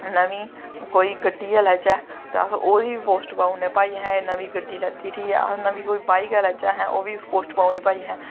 नमीं कोई गड्डी गै लैच्चै ते अस ओह्दी बी पोस्ट पाई ओड़ने कि भाई असैं नमीं गड्डी लैत्ती ठीक ऐ अस कोई नमीं बाईक गै लैच्चै ते पोस्ट पाई ओड़नी भाई नमीं